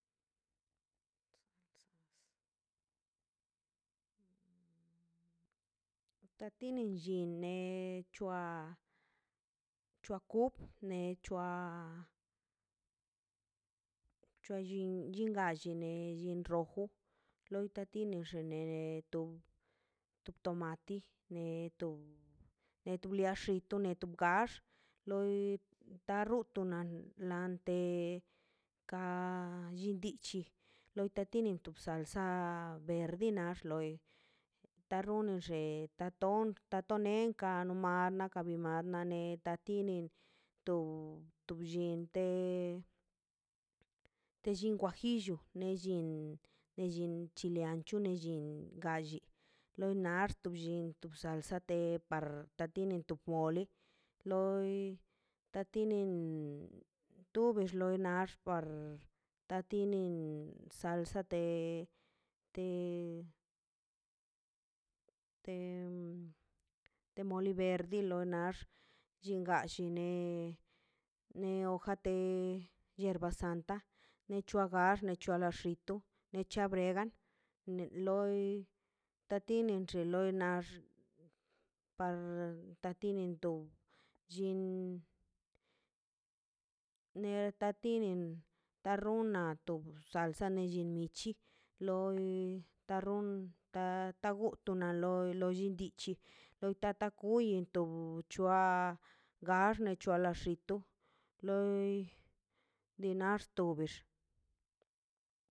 tatini nlline chua chua kup ne chua chua yin rojo loi tatini na neto te tomati tu netoaliaxi neto neto gax loi taruton nan lante kan llin dichi loi tatini to salsa verde nax loi tarunin xe ta ton ta tonenkan mal naka bi mla na neta tinen to bllen te llin guajillo ne llin tele llin chile ancho te llin ka lli lo nard to bllin in to salsa de de par moli loi tatinin tu bex loi ax par tatinin salsa de de moli verde loi chingalli ne de hoja de hieba santa nechua gax nechua xito necha bregan loi tatini xi looi nax par tatinin to llin tatinin tarunan na tu salsa nech llin michi loi tarun ta gutunnu la lo llin bichi loi tata kuyi to chua gax ne chua llitu loi dinaxto bix